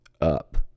up